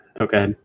okay